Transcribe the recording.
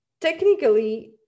technically